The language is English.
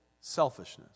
selfishness